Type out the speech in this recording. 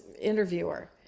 interviewer